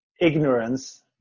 ignorance